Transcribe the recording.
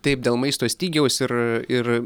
taip dėl maisto stygiaus ir ir